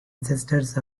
ancestors